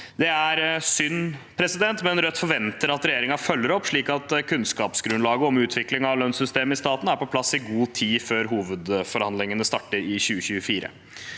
Det er synd, men Rødt forventer at regjeringen følger opp slik at kunnskapsgrunnlaget om utviklingen av lønnssystemet i staten er på plass i god tid før hovedforhandlingene starter i 2024.